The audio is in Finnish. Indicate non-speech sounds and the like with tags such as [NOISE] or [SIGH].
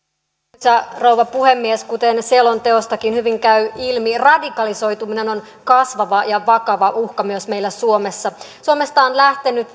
arvoisa rouva puhemies kuten selonteostakin hyvin käy ilmi radikalisoituminen on kasvava ja vakava uhka myös meillä suomessa suomesta on lähtenyt [UNINTELLIGIBLE]